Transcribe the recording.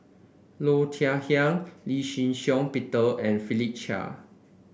Low Thia Khiang Lee Shih Shiong Peter and Philip Chia